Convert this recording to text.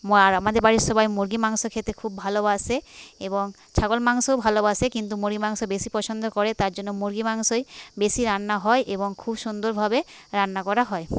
আর আমাদের বাড়ির সবাই মুরগির মাংস খেতে খুব ভালোবাসে এবং ছাগল মাংসও ভালোবাসে কিন্তু মুরগির মাংস বেশী পছন্দ করে তারজন্য মুরগির মাংসই বেশী রান্না হয় এবং খুব সুন্দরভাবে রান্না করা হয়